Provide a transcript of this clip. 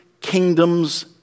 kingdom's